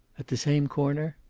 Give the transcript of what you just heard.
at the same corner?